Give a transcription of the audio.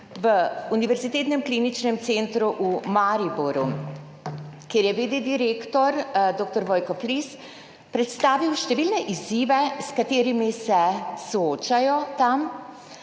v Univerzitetnem kliničnem centru v Mariboru, kjer je vede direktor dr. Vojko Flis predstavil številne izzive, s katerimi se tam